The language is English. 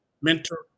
mentor